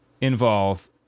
Involve